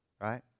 Right